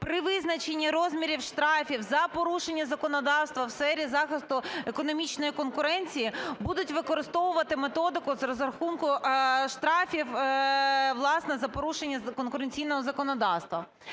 при визначенні розмірів штрафів за порушення законодавства у сфері захисту економічної конкуренції будуть використовувати методику з розрахунку штрафів, власне, за порушення конкуренційного законодавства.